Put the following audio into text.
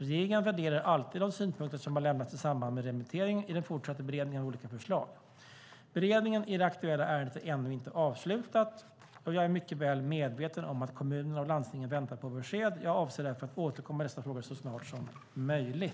Regeringen värderar alltid de synpunkter som har lämnats i samband med remittering i den fortsatta beredningen av olika förslag. Beredningen i det aktuella ärendet är ännu inte avslutad. Jag är mycket väl medveten om att kommunerna och landstingen väntar på besked. Jag avser därför att återkomma i dessa frågor så snart som möjligt.